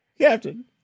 Captain